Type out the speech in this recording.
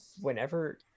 Whenever